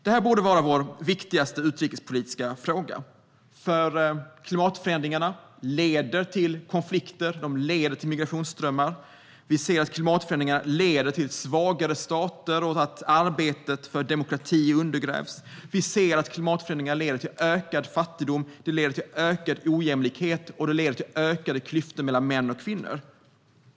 Det här borde vara vår viktigaste utrikespolitiska fråga, för klimatförändringarna leder till konflikter och till migrationsströmmar. Vi ser att klimatförändringarna leder till svagare stater och till att arbetet för demokrati undergrävs. Vi ser att klimatförändringarna leder till ökad fattigdom, ökad ojämlikhet och ökade klyftor mellan män och kvinnor.